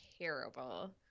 terrible